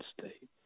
state